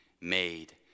made